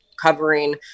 covering